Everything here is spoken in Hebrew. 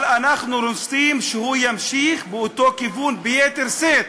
אבל אנחנו רוצים שהוא ימשיך באותו כיוון ביתר שאת,